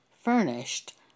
furnished